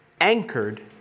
anchored